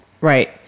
Right